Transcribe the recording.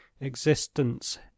existence